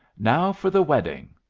now for the wedding!